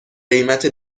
قیمت